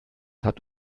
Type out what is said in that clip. hat